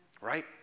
Right